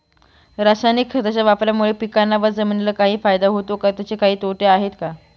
रासायनिक खताच्या वापरामुळे पिकांना व जमिनीला काही फायदा होतो का? त्याचे काही तोटे आहेत का?